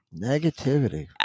Negativity